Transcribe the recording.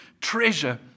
treasure